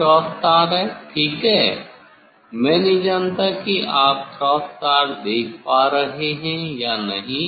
यह क्रॉस तार है ठीक है मैं नहीं जानता की आप क्रॉस तार देख पा रहे हैं या नहीं